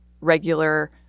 regular